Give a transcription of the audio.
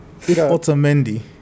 Otamendi